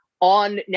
on